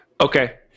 Okay